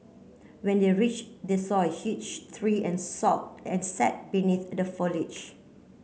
when they reach they saw a huge three and saw and sat beneath the foliage